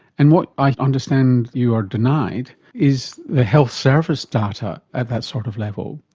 and what i understand you are denied is the health service data at that sort of level,